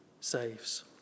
saves